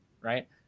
right